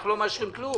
אנחנו לא מאשרים כלום.